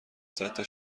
صدتا